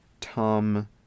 Tom